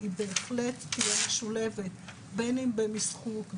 היא בהחלט תהיה משולבת בין אם במשחוק,